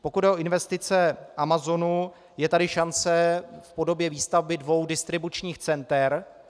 Pokud jde o investice Amazonu, je tady šance v podobě výstavby dvou distribučních center.